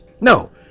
No